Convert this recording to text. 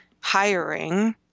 hiring